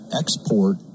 export